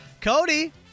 Cody